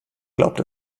glaubte